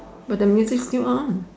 but the music still on